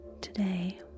Today